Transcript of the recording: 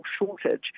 shortage